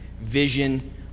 vision